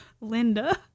Linda